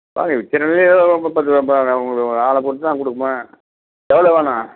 வாங்கி விற்கிறதே ஒரு முப்பது ரூபா பா நான் உங்களுக்கு ஆளை பொறுத்து தான் குடுப்பேன் எவ்வளோ வேணும்